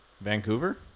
Vancouver